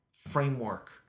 framework